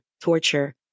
torture